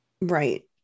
Right